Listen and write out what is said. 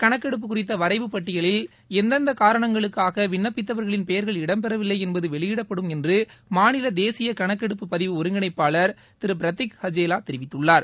கணக்கெடுப்பு குறித்த வரைவு பட்டியில் எந்தெந்த காரணங்களுக்காக இந்த விண்ணப்பித்தவர்களின் பெயர்கள் இடம் பெறவில்லை என்பது வெளியிடப்படும் என்று மாநில தேசிய கணக்கெடுப்பு பதிவு ஒருங்கிணைப்பாளர் திரு பிரத்திக் ஹஜேவா தெரிவித்துள்ளார்